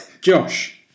Josh